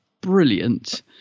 brilliant